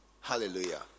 Hallelujah